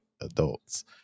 adults